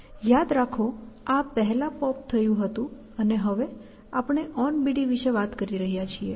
યાદ રાખો આ પહેલા પોપ થયું હતું અને હવે આપણે onBD વિષે વાત કરી રહ્યા છીએ